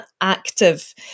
active